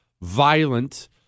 violent